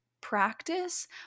practice